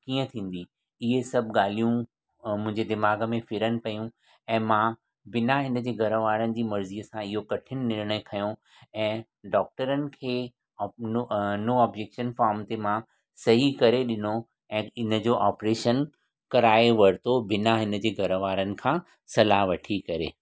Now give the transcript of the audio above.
कीअं थींदी इहे सभु ॻाल्हियूं मुंहिंजे दिमाग़ में फिरनि पियूं ऐं मां बिना हिनजे घर वारनि जी मर्ज़ी सां इहो कठिनु निर्णय खंयो ऐं डॉक्टर खे नो ऑब्जेक्शन फार्म ते मां सही करे ॾिनो ऐं इनजो ऑपरेशन कराए वरितो बिना हिनजे घर वारनि खां सलाह वठी करे